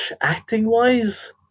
Acting-wise